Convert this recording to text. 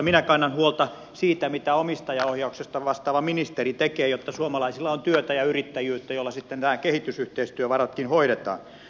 minä kannan huolta siitä mitä omistajaohjauksesta vastaava ministeri tekee jotta suomalaisilla on työtä ja yrittäjyyttä jolla sitten nämä kehitysyhteistyövaratkin hoidetaan